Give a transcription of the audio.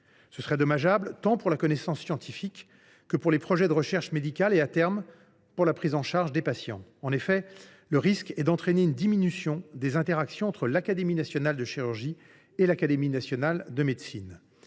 Ce serait dommageable tant pour la connaissance scientifique que pour les projets de recherche médicale et, à terme, pour la prise en charge des patients. En effet, le risque est d’entraîner une diminution des interactions entre l’Académie nationale de chirurgie et l’Académie nationale de médecine.